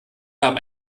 nahm